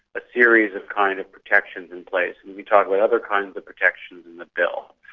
a series of kind of protections in place. and we talk about other kinds of protections in the bill.